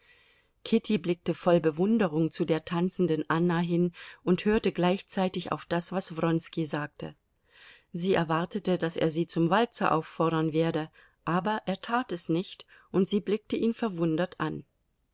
kitty blickte voll bewunderung zu der tanzenden anna hin und hörte gleichzeitig auf das was wronski sagte sie erwartete daß er sie zum walzer auffordern werde aber er tat es nicht und sie blickte ihn verwundert an